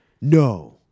No